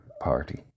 Party